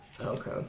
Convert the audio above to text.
Okay